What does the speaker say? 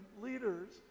leaders